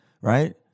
right